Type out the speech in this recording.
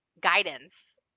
guidance